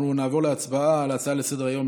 אנחנו נעבור להצבעה על ההצעה לסדר-היום,